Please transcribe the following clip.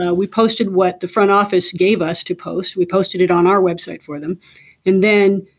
ah we posted what the front office gave us to post. we posted it on our website for them and then